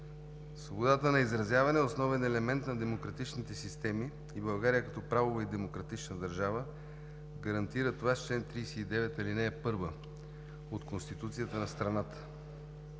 Свободата на изразяване е основен елемент на демократичните системи и България като правова и демократична държава гарантира това с чл. 39, ал. 1 от Конституцията на страната.